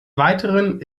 weiteren